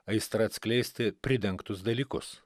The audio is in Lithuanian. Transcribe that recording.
aistra atskleisti pridengtus dalykus